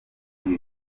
ibi